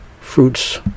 fruits